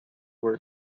were